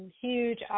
huge